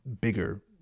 bigger